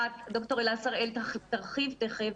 וד"ר אלה שראל תרחיב תיכף,